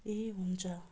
ए हुन्छ